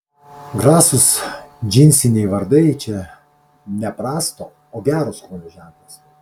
grasūs džinsiniai vardai čia ne prasto o gero skonio ženklas